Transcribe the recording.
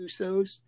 Usos